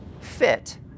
fit